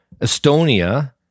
Estonia